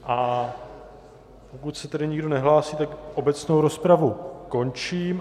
A pokud se nikdo nehlásí, tak obecnou rozpravu končím.